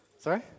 sorry